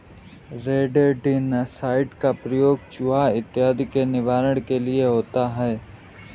rodenticide का प्रयोग चुहा इत्यादि के निवारण के लिए होता है